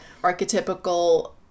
archetypical